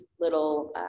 little